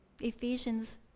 Ephesians